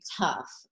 tough